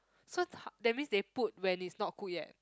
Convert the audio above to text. so h~ that means they put when it's not cooked yet